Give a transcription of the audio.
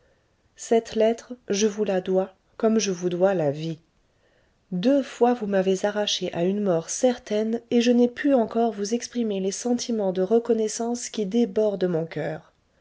cette lettre je vous la dois comme je vous dois la vie deux fois vous m'avez arraché à une mort certaine et je n'ai pu encore vous exprimer les sentiments de reconnaissance qui débordent mon coeur